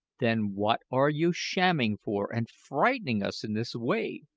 then what are you shamming for, and frightening us in this way?